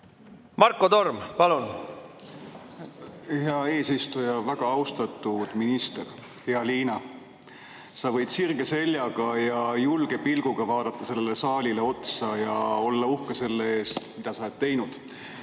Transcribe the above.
Marko Torm, palun! Hea eesistuja! Väga austatud minister, hea Liina! Sa võid sirge seljaga ja julge pilguga vaadata sellele saalile otsa ja olla uhke selle üle, mida sa oled teinud.